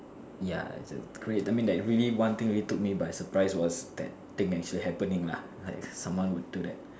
ya I mean like really one thing really took me by surprise was that thing actually happening lah like someone would do that